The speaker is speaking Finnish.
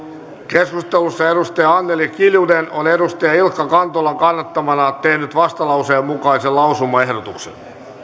keskustelussa on anneli kiljunen ilkka kantolan kannattamana tehnyt vastalauseen mukaisen lausumaehdotuksen